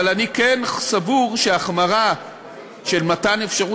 אבל אני כן סבור שהחמרה של מתן אפשרות